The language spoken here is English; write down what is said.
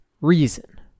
reason